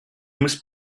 must